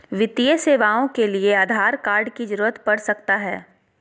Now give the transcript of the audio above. वित्तीय सेवाओं के लिए आधार कार्ड की जरूरत पड़ सकता है?